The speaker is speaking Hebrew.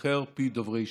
"יסכר פי דוברי שקר".